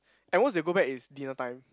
at most they go back is dinner time